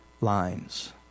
lines